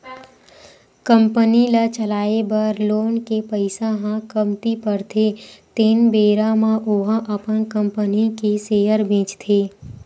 company ल चलाए बर लोन के पइसा ह कमती परथे तेन बेरा म ओहा अपन कंपनी के सेयर बेंचथे